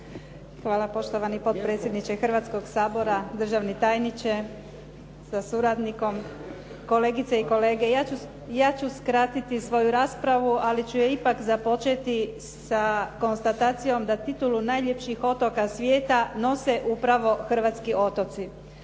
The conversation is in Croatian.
Hvala poštovani potpredsjedniče Hrvatskog sabora, državni tajniče sa suradnikom, kolegice i kolege. Ja ću skratiti svoju raspravu, ali ću je ipak započeti sa konstatacijom da titulu najljepših otoka svijeta nose upravo hrvatski otoci,